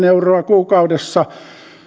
euroa kuukaudessa